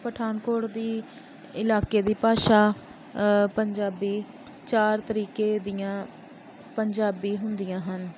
ਪਠਾਨਕੋਟ ਦੀ ਇਲਾਕੇ ਦੀ ਭਾਸ਼ਾ ਪੰਜਾਬੀ ਚਾਰ ਤਰੀਕੇ ਦੀਆਂ ਪੰਜਾਬੀ ਹੁੰਦੀਆਂ ਹਨ